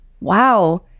Wow